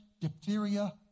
diphtheria